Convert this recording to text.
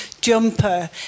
jumper